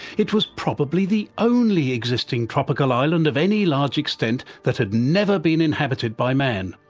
it was probably the only existing tropical island of any large extent that had never been inhabited by man,